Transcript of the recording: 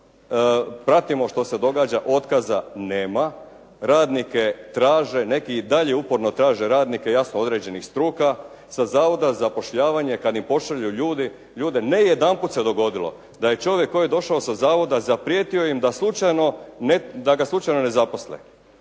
pratimo što se događa, otkaza nema, radnike traže, neki i dalje uporno traže radnike, jasno određenih struka sa zavoda za zapošljavanje kad im pošalju ljude, ne jedanput se dogodilo da je čovjek koji je došao sa zavoda zaprijetio im da ga slučajno ne zaposle.